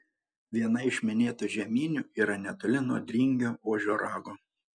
viena iš minėtų žeminių yra netoli nuo dringio ožio rago